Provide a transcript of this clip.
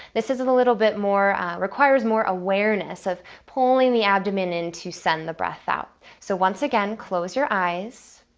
this is a little bit more. requires more awareness of pulling the abdomen in to send the breath out. so once again close your eyes.